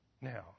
Now